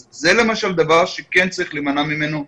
אז זה למשל דבר שכן צריך להימנע ממנו.